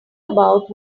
about